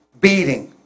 Beating